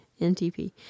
NTP